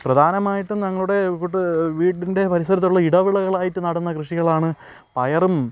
പ്രധാനമായിട്ടും ഞങ്ങളുടെ വീട് വീടിൻ്റെ പരിസരത്തുള്ള ഇടവേളകളായിട്ട് നടുന്ന കൃഷികളാണ് പയറും